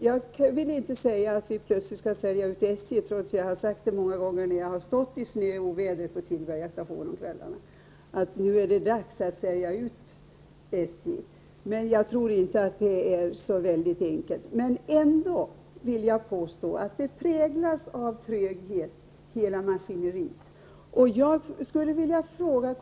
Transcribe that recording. Jag vill inte säga att vi plötsligt skall sälja ut SJ, trots att jag många gånger när jag på kvällarna stått i snöoväder på Tillberga station sagt att det nu är dags att sälja ut SJ. Jag tror emellertid inte att detta är så enkelt. Men jag vill ändå påstå att hela maskineriet präglas av tröghet.